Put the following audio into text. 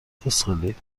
فسقلی